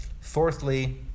Fourthly